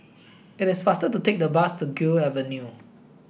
it is faster to take the bus to Gul Avenue